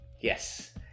Yes